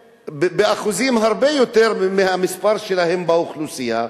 באחוזים בהרבה יותר על המספר שלהם באוכלוסייה.